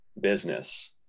business